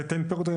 תן פירוט רגע.